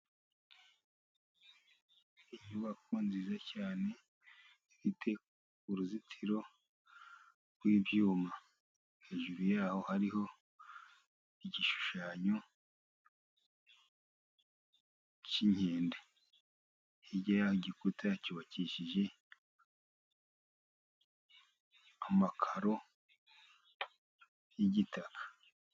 Inyubako nziza cyane ifite uruzitiro rw'ibyuma, hejuru yaho hariho igishushanyo cy'inkende, hirya y'igikuta cyubakishijwe amakaro y'igitaka.